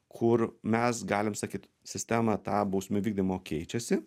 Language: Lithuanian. kur mes galim sakyt sistema ta bausmių vykdymo keičiasi